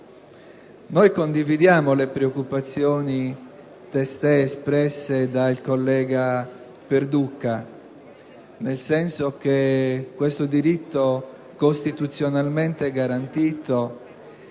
Condividiamo le preoccupazioni testé espresse dal collega Perduca, nel senso che questo diritto costituzionalmente garantito